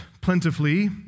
plentifully